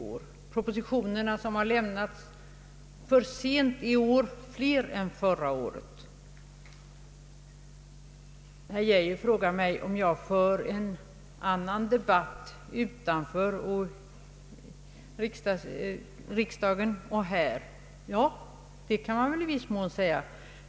De propositioner som lämnats för sent är i år flera än förra året. Herr Geijer frågar mig om jag för en annan debatt utanför riksdagen än den jag för här. Ja, det kan man i viss mån säga.